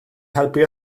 helpu